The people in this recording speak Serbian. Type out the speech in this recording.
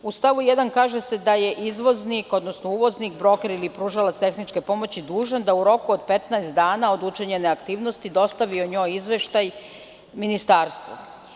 U stavu 1. kaže se da je izvoznik, odnosno uvoznik, broker ili pružalac tehničke pomoći dužan da u roku od 15 dana od učinjene aktivnosti dostavi o njoj izveštaj ministarstvu.